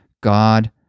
God